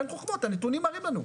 אין חוכמות הנתונים מראים לנו,